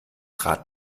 rad